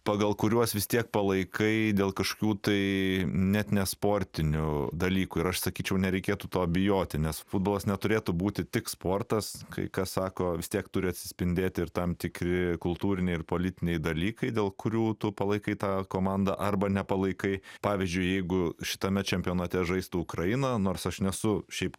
pagal kuriuos vis tiek palaikai dėl kažkokių tai net nesportinių dalykų ir aš sakyčiau nereikėtų to bijoti nes futbolas neturėtų būti tik sportas kai kas sako vis tiek turi atsispindėti ir tam tikri kultūriniai ir politiniai dalykai dėl kurių tu palaikai tą komandą arba nepalaikai pavyzdžiui jeigu šitame čempionate žaistų ukraina nors aš nesu šiaip